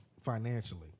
financially